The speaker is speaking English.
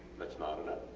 thats not enough.